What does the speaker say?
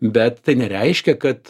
bet tai nereiškia kad